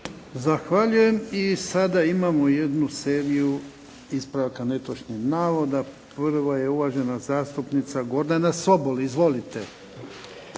Zahvaljujem. I sada imamo jednu seriju ispravaka netočnih navoda. Prva je uvažena zastupnica Gordana Sobol. Izvolite.